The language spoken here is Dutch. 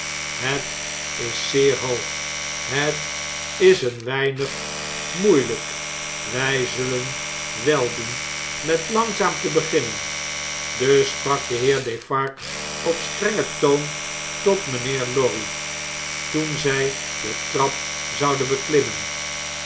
het is zeer hoog het is een weinig moeieijjk wij zullen wel doen met langzaam te beginnen dus sprak de heer defarge op strengen toon tot mynheer lorry toen z j de trap zouden beklimmen